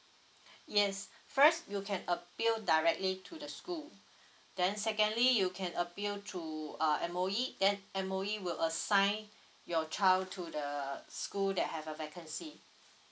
yes first you can appeal directly to the school then secondly you can appeal to uh M_O_E then M_O_E will assign your child to the school that have a vacancy